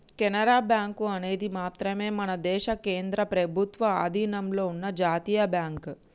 Canara bank అనేది మాత్రమే మన దేశ కేంద్ర ప్రభుత్వ అధీనంలో ఉన్న జాతీయ బ్యాంక్